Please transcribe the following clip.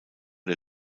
der